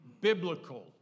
biblical